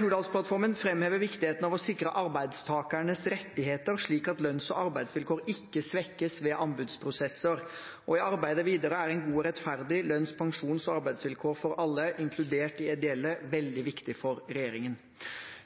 Hurdalsplattformen framhever viktigheten av å sikre arbeidstakernes rettigheter, slik at lønns- og arbeidsvilkår ikke svekkes ved anbudsprosesser. I arbeidet videre er gode og rettferdige lønns-, pensjons- og arbeidsvilkår for alle, inkludert de ideelle, veldig viktig for regjeringen.